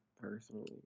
personally